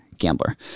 Gambler